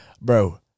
Bro